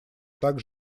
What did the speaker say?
так